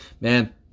Man